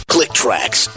ClickTracks